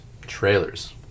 trailers